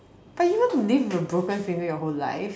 are you going to live with a broken finger your whole life